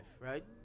right